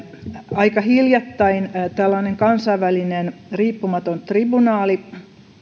aika hiljattain viime joulukuussa tällainen kansainvälinen riippumaton tribunaali